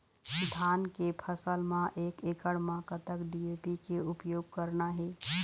धान के फसल म एक एकड़ म कतक डी.ए.पी के उपयोग करना हे?